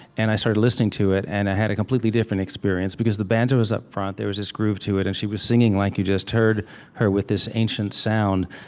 and i started listening to it. and i had a completely different experience because the banjo was up front. there was this groove to it. and she was singing like you just heard her, with this ancient sound,